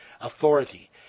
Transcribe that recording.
authority